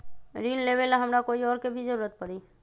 ऋन लेबेला हमरा कोई और के भी जरूरत परी?